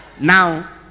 Now